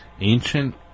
Ancient